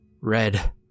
red